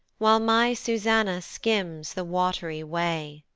while my susanna skims the wat'ry way.